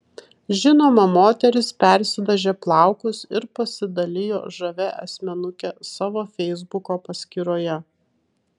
žinoma moteris persidažė plaukus ir pasidalijo žavia asmenuke savo feisbuko paskyroje